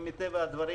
מטבע הדברים,